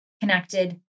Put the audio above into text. connected